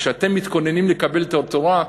כשאתם מתכוננים לקבל את התורה,